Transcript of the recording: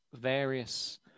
various